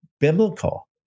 biblical